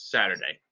Saturday